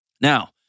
Now